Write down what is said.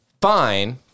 fine